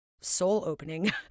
soul-opening